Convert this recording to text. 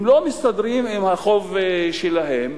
הם לא מסתדרים עם החוב שלהם,